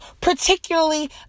particularly